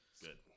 good